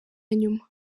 nyuma